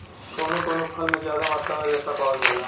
कउनो कउनो फल में जादा मात्रा में रेसा पावल जाला